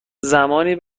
زمانی